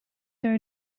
are